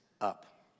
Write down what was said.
up